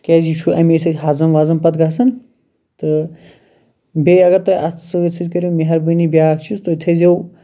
تِکیازِ یہِ چھُ امیے سۭتۍ ہزٕم وَزٕم پتہٕ گَژھان تہٕ بیٚیہِ اگر تُہی اَتھ سۭتۍ سۭتۍ کٔرِو مِہربٲنی بیاکھ چیٖز تُہۍ تھٲیزیٚو